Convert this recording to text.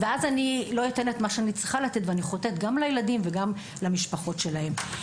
ואז אני חוטאת גם לילדים וגם למשפחות שלהם,